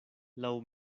laŭ